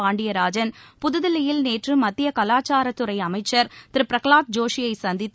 பாண்டியராஜன் புதுதில்லியில் நேற்று மத்திய கலாச்சாரத்துறை அமைச்சர் திரு பிரகலாத் ஜோஷியை சந்தித்து